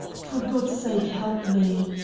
for god's sake, help me.